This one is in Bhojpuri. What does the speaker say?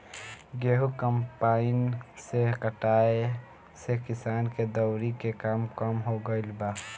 गेंहू कम्पाईन से कटाए से किसान के दौवरी के काम कम हो गईल बा